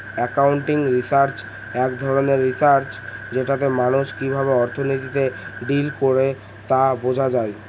accounting research এক ধরনের research যেটাতে মানুষ কিভাবে অর্থনীতিতে ডিল করে তা বোঝা যায়